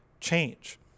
change